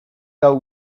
gau